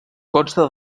consta